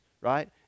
Right